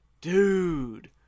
Dude